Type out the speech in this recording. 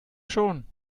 schon